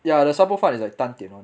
ya the 沙煲饭 is like 淡一点 lor